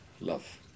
love